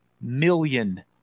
million